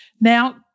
Now